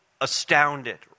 astounded